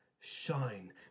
shine